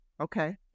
okay